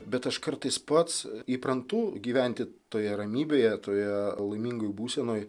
bet aš kartais pats įprantu gyventi toje ramybėje toje laimingoj būsenoj